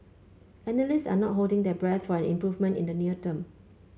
analysts are not holding their breath for an improvement in the near term